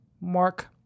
mark